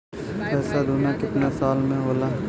पैसा दूना कितना साल मे होला?